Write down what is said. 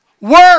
Work